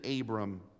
Abram